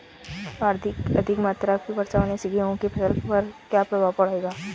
अधिक मात्रा की वर्षा होने से गेहूँ की फसल पर क्या प्रभाव पड़ेगा?